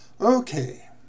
Okay